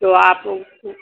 تو آپ